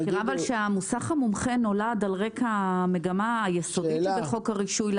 אני מזכירה שהמוסך המומחה נולד על רקע המגמה היסודית שבחוק הרישוי,